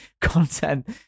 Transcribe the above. content